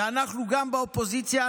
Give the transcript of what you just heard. ואנחנו נפעל גם באופוזיציה.